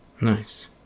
Nice